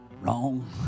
Wrong